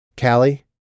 Callie